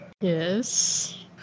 Yes